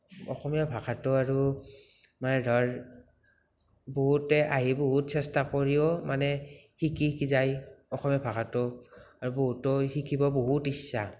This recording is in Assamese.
অসমীয়া ভাষাটো আৰু মানে ধৰ বহুতে আহি বহুত চেষ্টা কৰিও মানে শিকি শিকি যায় অসমীয়া ভাষাটো আৰু বহুতৰ শিকিব বহুত ইচ্ছা